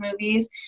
movies